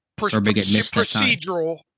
Procedural